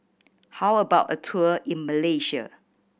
how about a tour in Malaysia